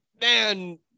Man